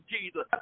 Jesus